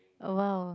awhile